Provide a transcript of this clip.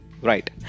right